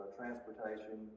transportation